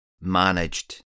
managed